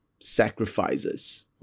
sacrifices